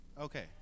Okay